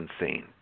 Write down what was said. insane